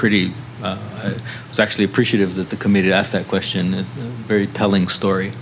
pretty it's actually appreciative that the committee asked that question very telling story